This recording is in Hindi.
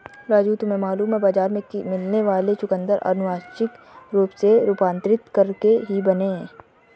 राजू तुम्हें मालूम है बाजार में मिलने वाले चुकंदर अनुवांशिक रूप से रूपांतरित करके ही बने हैं